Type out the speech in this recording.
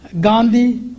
Gandhi